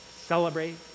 celebrate